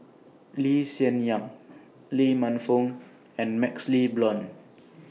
Lee Hsien Yang Lee Man Fong and MaxLe Blond